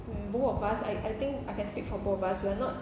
mm both of us I I think I can speak for both of us we're not